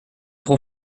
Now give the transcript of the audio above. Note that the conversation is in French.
trop